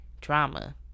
drama